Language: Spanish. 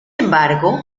embargo